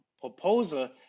proposal